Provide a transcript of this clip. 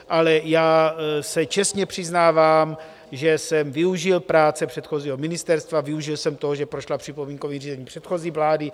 Ale já se čestně přiznávám, že jsem využil práce předchozího ministerstva, využil jsem toho, že prošla připomínkovým řízením předchozí vlády.